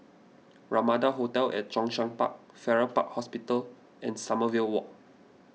Ramada hotel at Zhongshan Park Farrer Park Hospital and Sommerville Walk